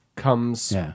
comes